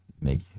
make